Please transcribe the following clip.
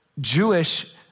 Jewish